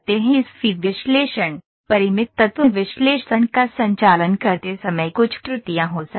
इस FEA विश्लेषण परिमित तत्व विश्लेषण का संचालन करते समय कुछ त्रुटियां हो सकती हैं